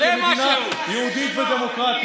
כיבוש הוא כיבוש הוא